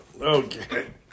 Okay